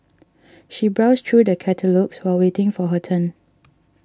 she browsed through the catalogues while waiting for her turn